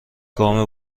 گام